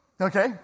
okay